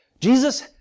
Jesus